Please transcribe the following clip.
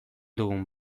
dugun